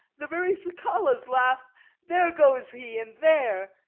the very cicalas laugh there goes he, and there!